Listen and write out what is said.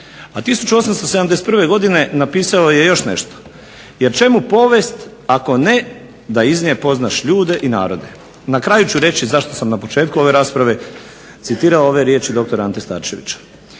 a 1871. godine napisao je još nešto "Jer čemu povijest ako ne da iz nje poznaš ljude i narode". Na kraju ću reći zašto sam na početku ove rasprave citirao ove riječi dr. Ante Starčevića.